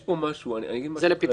זהו בדיוק --- אני מצטערת,